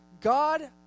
God